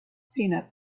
peanut